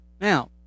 Now